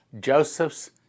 Joseph's